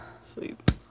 sleep